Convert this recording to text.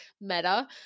Meta